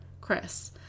Chris